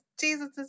Jesus